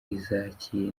izakira